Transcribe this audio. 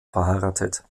verheiratet